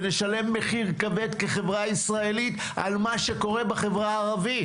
ונשלם מחיר כבד כחברה ישראלית על מה שקורה בחברה הערבית,